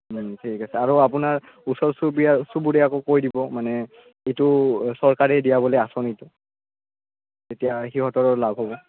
ঠিক আছে আৰু আপোনাৰ ওচৰ চুবুৰ চুবুৰীয়াকো কৈ দিব মানে এইটো চৰকাৰে দিয়া বুলি আঁচনিতো তেতিয়া সিহঁতৰো লাভ হ'ব